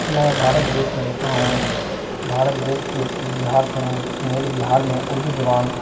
میں بھارت دیش میں رہتا ہوں بھارت دیش کے بہار سے ہوں میرے بہار میں اردو زبان